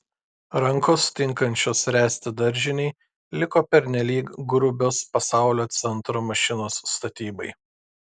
rankos tinkančios ręsti daržinei liko pernelyg grubios pasaulio centro mašinos statybai